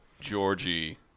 Georgie